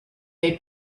they